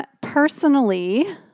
personally